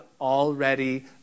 already